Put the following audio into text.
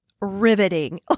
riveting